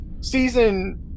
Season